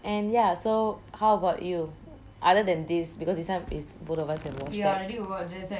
and ya so how about you other than this because this one is both of us have watched that